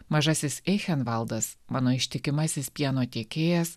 mažasis eihenvaldas mano ištikimasis pieno tiekėjas